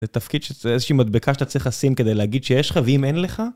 זה תפקיד שזה איזושהי מדבקה שאתה צריך לשים כדי להגיד שיש לך, ואם אין לך?